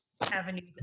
avenues